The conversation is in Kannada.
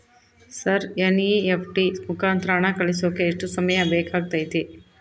ಸರ್ ಎನ್.ಇ.ಎಫ್.ಟಿ ಮುಖಾಂತರ ಹಣ ಕಳಿಸೋಕೆ ಎಷ್ಟು ಸಮಯ ಬೇಕಾಗುತೈತಿ?